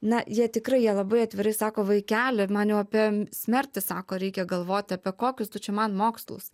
na jie tikrai jie labai atvirai sako vaikeli man jau apie smertį sako reikia galvoti apie kokius tu čia man mokslus